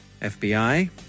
FBI